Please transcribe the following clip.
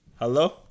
Hello